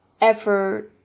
effort